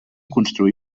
construí